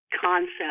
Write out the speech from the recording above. concept